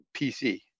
PC